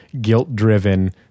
guilt-driven